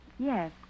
Yes